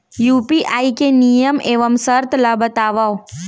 UPI के नियम एवं शर्त ला बतावव